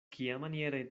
kiamaniere